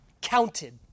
counted